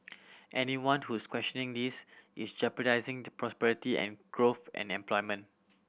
anyone who is questioning this is jeopardising the prosperity and growth and employment